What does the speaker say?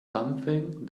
something